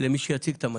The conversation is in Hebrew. למי שיציג את המצגת.